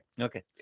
Okay